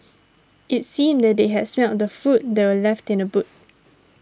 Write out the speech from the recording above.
it seemed that they had smelt the food that were left in the boot